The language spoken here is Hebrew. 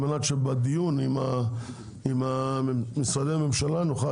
על מנת שבדיון עם משרדי הממשלה נוכל